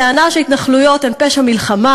הטענה שהתנחלויות הן פשע מלחמה,